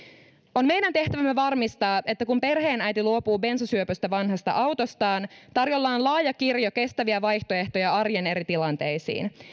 on meidän tehtävämme varmistaa että kun perheenäiti luopuu bensasyöpöstä vanhasta autostaan tarjolla on laaja kirjo kestäviä vaihtoehtoja arjen eri tilanteisiin